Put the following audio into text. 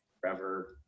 forever